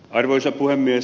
arvoisa puhemies